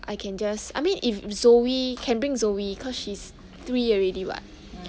I can just I mean if zoe can bring zoe cause she's three already [what]